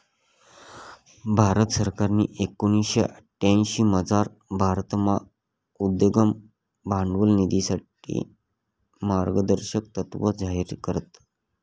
भारत सरकारनी एकोणीशे अठ्यांशीमझार भारतमा उद्यम भांडवल निधीसाठे मार्गदर्शक तत्त्व जाहीर करात